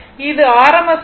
இது r RMS மதிப்பு